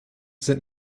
sind